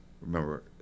Remember